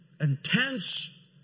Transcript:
intense